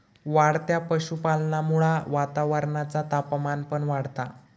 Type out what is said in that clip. वाढत्या पशुपालनामुळा वातावरणाचा तापमान पण वाढता